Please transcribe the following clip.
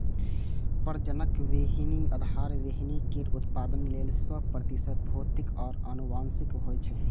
प्रजनक बीहनि आधार बीहनि केर उत्पादन लेल सय प्रतिशत भौतिक आ आनुवंशिक होइ छै